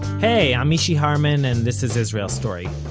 hey, i'm mishy harman, and this is israel story.